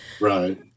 Right